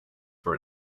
for